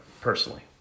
personally